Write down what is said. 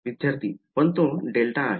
विद्यार्थी पण तो डेल्टा आहे